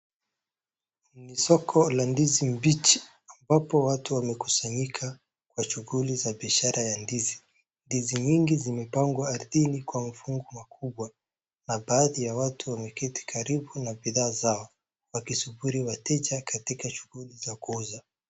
Ni soko la ndizi mbichi ambapo watu wamekusanyika kwa shughuli za biashara ya ndizi, ndizi nyingi zimepangwa ardhini kwa mafungu makubwa na baadhi ya watu wameketi karibu na bidhaa zao wakisubiri wateja katika shughuli za kuuza.